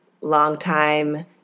longtime